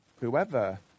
whoever